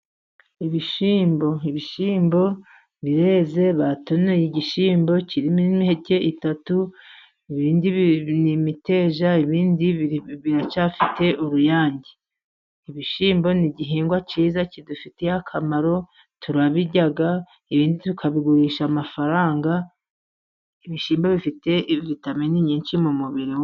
Ibishyimbo, ibishyimbo bireze batonoye igishyimbo kirimo impeke eshatu ibindi ni imiteja, ibindi biracyafite uruyange. ibishyimbo ni igihingwa cyiza kidufitiye akamaro, turabirya ibindi tukabigurisha amafaranga, ibishyimbo bifite vitamini nyinshi mu mubiri w'umuntu.